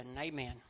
Amen